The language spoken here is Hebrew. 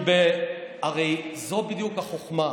כי הרי זו בדיוק החוכמה.